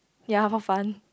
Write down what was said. ya for fun